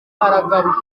aragaruka